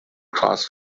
cross